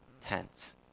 tense